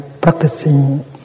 practicing